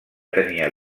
tenia